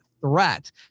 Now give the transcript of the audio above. threat